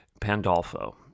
Pandolfo